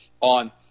on